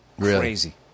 crazy